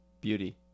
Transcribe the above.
Beauty